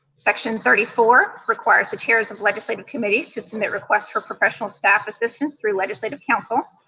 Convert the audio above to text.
section thirty four requires the chairs of legislative committees to submit requests for professional staff assistance through legislative council.